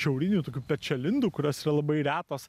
šiaurinių tokių pečialindų kurios yra labai retos